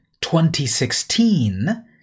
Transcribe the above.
2016